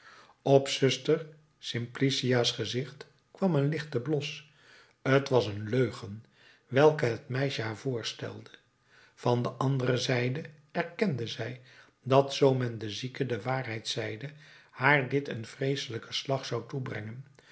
op zuster simplicia's gezicht kwam een lichte blos t was een leugen welke het meisje haar voorstelde van de andere zijde erkende zij dat zoo men de zieke de waarheid zeide haar dit een vreeselijken slag zou toebrengen